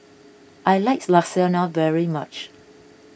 I like Lasagna very much